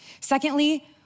Secondly